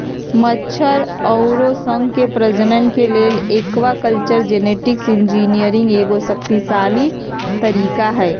मछर अउर शंख के प्रजनन के लेल एक्वाकल्चर जेनेटिक इंजीनियरिंग एगो शक्तिशाली तरीका हई